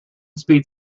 speed